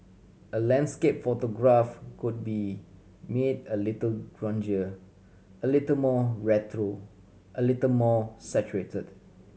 a landscape photograph could be made a little grungier a little more retro a little more saturated